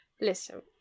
Listen